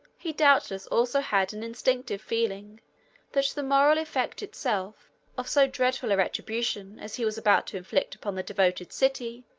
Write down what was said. he doubtless also had an instinctive feeling that the moral effect itself of so dreadful a retribution as he was about to inflict upon the devoted city